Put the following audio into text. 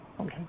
Okay